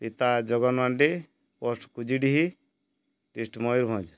ପିତା Jagan Madi post Kujidi district Mayurbhanj